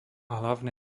hlavné